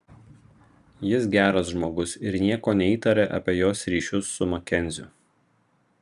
jis geras žmogus ir nieko neįtaria apie jos ryšius su makenziu